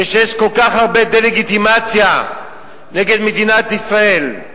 כשיש כל כך הרבה דה-לגיטימציה נגד מדינת ישראל,